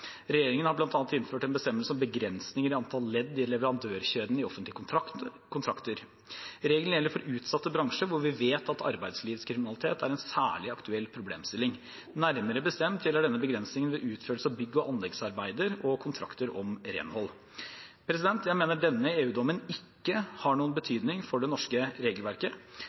Regjeringen har bl.a. innført en bestemmelse om begrensninger i antall ledd i leverandørkjeden i offentlige kontrakter. Regelen gjelder for utsatte bransjer der vi vet at arbeidslivskriminalitet er en særlig aktuell problemstilling, Nærmere bestemt gjelder denne begrensningen ved utførelse av bygg- og anleggsarbeider og kontrakter om renhold. Jeg mener denne EU-dommen ikke har noen betydning for det norske regelverket.